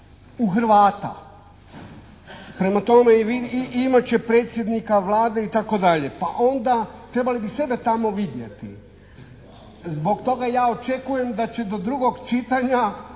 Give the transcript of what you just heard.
u Hrvata. Prema tome, i imat će predsjednika Vlade itd. Pa onda trebali bi sebe tamo vidjeti. Zbog toga ja očekujem da će do drugog čitanja